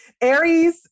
Aries